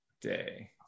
day